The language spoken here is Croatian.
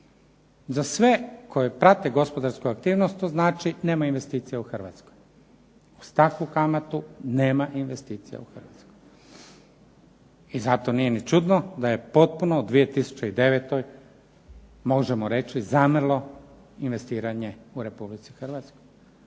Za sve koji prate gospodarsku aktivnost to znači nema investicija u Hrvatskoj. Uz takvu kamatu nema investicija u Hrvatskoj i zato nije ni čudno da je potpuno u 2009. možemo reći zamrlo investiranje u Republici Hrvatskoj,